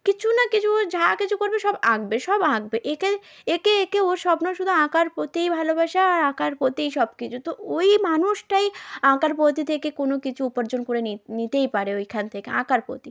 কিছু না কিছু যা কিছু করবে সব আঁকবে সব আঁকবে এঁকে এঁকে এঁকে ওর স্বপ্ন শুধু আঁকার প্রতিই ভালোবাসা আর আঁকার প্রতিই সব কিছু তো ওই মানুষটাই আঁকার প্রতি থেকে কোনো কিচু উপার্জন করে নি নিতেই পারে ওইখান থেকে আঁকার প্রতি